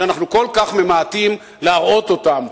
שאנחנו כל כך ממעטים להראות אותם,